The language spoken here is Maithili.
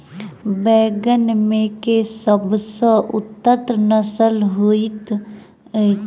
बैंगन मे केँ सबसँ उन्नत नस्ल होइत अछि?